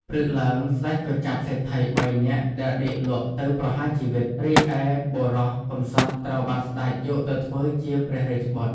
ព្រឹកឡើង ស្តេចក៏ចាប់សេដ្ឋី ៣ នាក់ដែលដេកលក់ទៅប្រហារជីវិត រីឯបុរសកំសត់ត្រូវបានស្តេចយកទៅធ្វើជា ព្រះរាជបុត្រ។